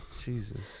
Jesus